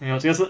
没有这个是